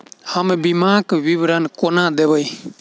हम बीमाक विवरण कोना देखबै?